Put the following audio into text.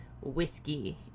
whiskey